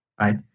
right